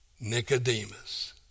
Nicodemus